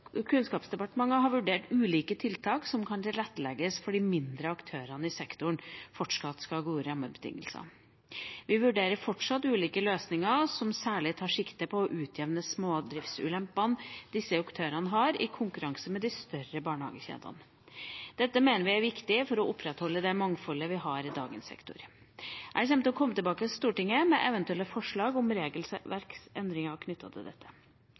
Kunnskapsdepartementet har vurdert ulike tiltak som kan tilrettelegge for at de mindre aktørene i sektoren fortsatt skal ha gode rammebetingelser. Vi vurderer fortsatt ulike løsninger som særlig tar sikte på å utjevne smådriftsulempene disse aktørene har, i konkurranse med de større barnehagekjedene. Dette mener vi er viktig for å opprettholde det mangfoldet vi har i dagens sektor. Jeg kommer til å komme tilbake til Stortinget med eventuelle forslag om regelverksendringer knyttet til dette.